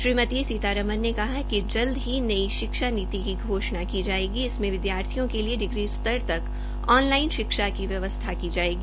श्रीमती सीतारमन ने कहा कि जल्द ही नई शिक्षा नीति की घोषणा की जायेगी इसमें विद्यार्थियों के लिए डिग्री स्तर तक ऑनलाईन शिक्षा की व्यवस्था की जायेगी